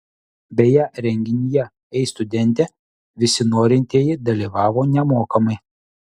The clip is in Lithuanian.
beje renginyje ei studente visi norintieji dalyvavo nemokamai